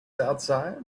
outside